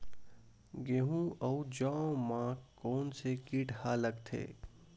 गेहूं अउ जौ मा कोन से कीट हा लगथे?